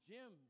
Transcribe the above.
Jim